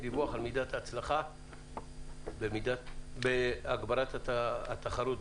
דיווח על מידת ההצלחה בהגברת התחרות,